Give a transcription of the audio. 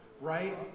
right